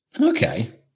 Okay